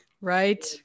right